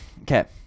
okay